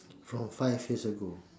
from five years ago